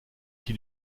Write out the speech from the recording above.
qui